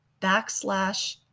backslash